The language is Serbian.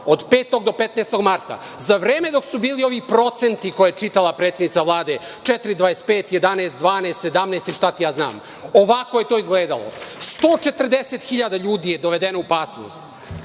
od 5. do 15. marta, za vreme dok su bili ovi procenti koje je čitala predsednica Vlade – 4,25, 11, 12, 17 i šta ti ja znam. Ovako je to izgledalo. Dovedeno je u opasnost